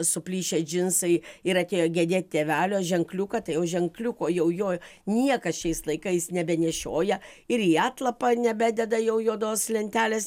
suplyšę džinsai ir atėjo gedėt tėvelio ženkliuką tai jau ženkliuko jau jo niekas šiais laikais nebenešioja ir į atlapą nebededa jau juodos lentelės